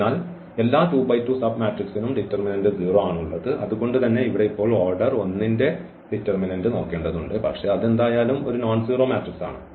അതിനാൽ എല്ലാ 2 × 2 സബ്മാട്രിക്സിനും ഡിറ്റർമിനന്റ് 0 ആണുള്ളത് അതുകൊണ്ട് ഇവിടെ ഇപ്പോൾ ഓർഡർ 1 ന്റെ ഈ ഡിറ്റർമിനന്റ് നോക്കേണ്ടതുണ്ട് പക്ഷേ അത് എന്തായാലും ഒരു നോൺസീറോ മാട്രിക്സ് ആണ്